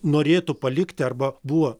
norėtų palikti arba buvo